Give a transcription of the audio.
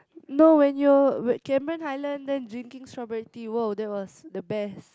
no when you are at Cameron-Highland then drinking strawberry tea !woah! that was the best